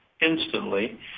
instantly